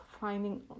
finding